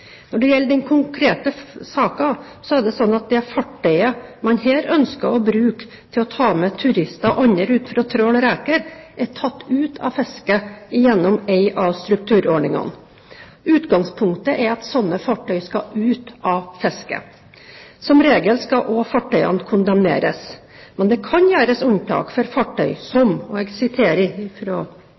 Når det gjelder den konkrete saken, er det slik at det fartøyet man her ønsker å bruke til å ta med turister og andre ut for å tråle reker, er tatt ut av fiske gjennom en av strukturordningene. Utgangspunktet er at slike fartøy skal ut av fiske. Som regel skal også fartøyene kondemneres, men det kan gjøres unntak for fartøy som – og jeg siterer